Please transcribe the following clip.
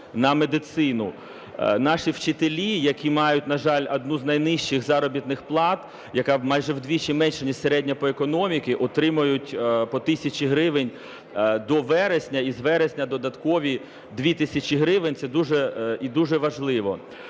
на медицину. Наші вчителі, які мають, на жаль, одну з найнижчих заробітних плат, яка майже вдвічі менша ніж середня по економіці, отримують по тисячі гривень до вересня і з вересня додаткові 2 тисячі гривень. Це дуже і дуже важливо.